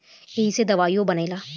ऐइसे दवाइयो बनेला